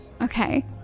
Okay